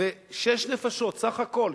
שש נפשות בסך הכול,